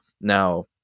Now